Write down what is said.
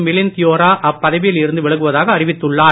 மிலிந்த் தியோரா பதவியில் இருந்து விலகுவதாக அறிவித்துள்ளார்